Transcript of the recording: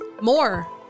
More